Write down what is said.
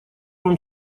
вам